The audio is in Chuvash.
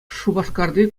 шупашкарти